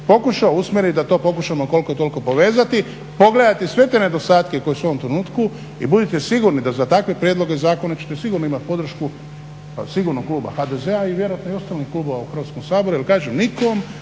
pokušao usmjeriti da to pokušamo koliko toliko povezati, pogledati sve te nedostatke koji su u ovom trenutku i budite sigurni da za takve prijedloge zakona ćete sigurno imati podršku sigurnu kluba HDZ-a i vjerojatno i ostalih klubova u Hrvatskom saboru. Jer kažem nitko